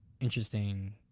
interesting